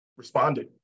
responded